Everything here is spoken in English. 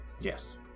Yes